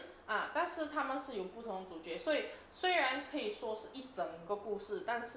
ah 但是他们是有不同主角所以虽然可以说一整个故事但是